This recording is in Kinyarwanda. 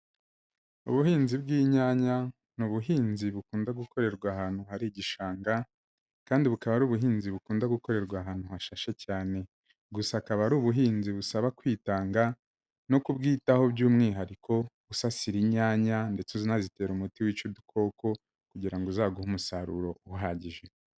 Ubuhinzi bw'inyanya ni ubuhinzi bukunda gukorerwa ahantu hari igishanga kandi bukaba ari ubuhinzi bukunda gukorerwa ahantu hashashe cyane. Gusa akaba ari ubuhinzi busaba kwitanga no kubwitaho by'umwihariko usasira inyanya ndetse unazitera umuti wica udukoko kugira ngo uzaguhe umusaruro uhagije.